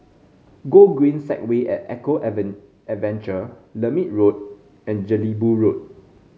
Gogreen Segway at Eco Adventure Lermit Road and Jelebu Road